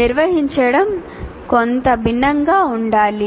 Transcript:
నిర్వహించడం కొంత భిన్నంగా ఉండాలి